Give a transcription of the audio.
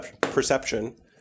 perception